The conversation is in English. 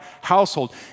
household